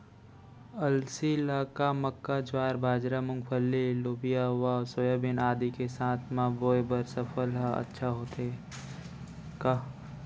अलसी ल का मक्का, ज्वार, बाजरा, मूंगफली, लोबिया व सोयाबीन आदि के साथ म बोये बर सफल ह अच्छा होथे का?